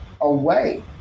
away